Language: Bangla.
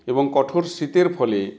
এবং কঠোর শীতের ফলে